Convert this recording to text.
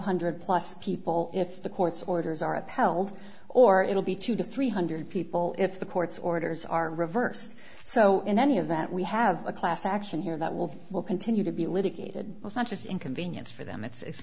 hundred plus people if the court's orders are upheld or it will be two to three hundred people if the court's orders are reversed so in any of that we have a class action here that will will continue to be litigated was not just inconvenience for them it's